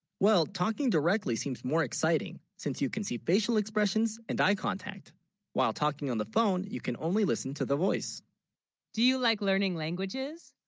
well talking directly seems more exciting since you can, see facial expressions and eye contact while talking on the phone you can only listen to the voice do you, like learning languages